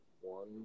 one